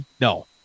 No